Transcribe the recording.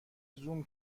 زوم